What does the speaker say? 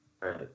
Right